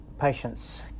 patients